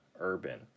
urban